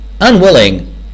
unwilling